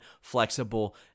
flexible